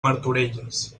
martorelles